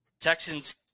Texans